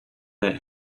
that